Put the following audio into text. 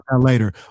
later